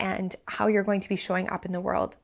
and how you're going to be showing up in the world.